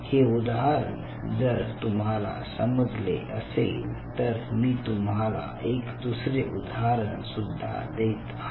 हे उदाहरण जर तुम्हाला समजले असेल तर मी तुम्हाला एक दुसरे उदाहरण सुद्धा देत आहे